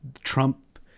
Trump